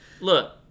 look